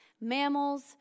mammals